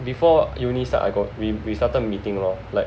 before uni start I got we we started meeting lor like